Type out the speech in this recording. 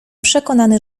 przekonany